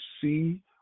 see